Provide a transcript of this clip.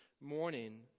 morning